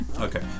Okay